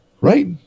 Right